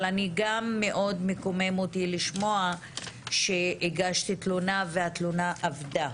אבל גם מאוד מקומם אותי לשמוע שהגשת תלונה והתלונה "אבדה".